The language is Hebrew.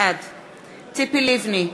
בעד ציפי לבני,